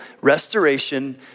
Restoration